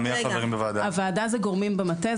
הוועדה זה גורמים במטה,